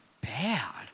bad